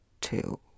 two